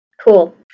Cool